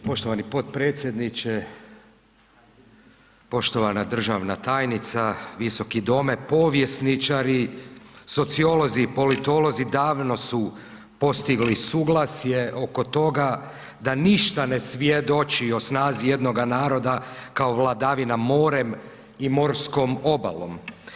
Poštovani potpredsjedniče, poštovana državna tajnica, visoki dome, povjesničari, sociolozi i politolozi davno su postigli suglasje oko toga da ništa ne svjedoči o snazi jednoga naroda kao vladavina morem i morskom obalom.